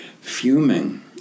fuming